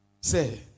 Say